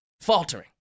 faltering